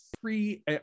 three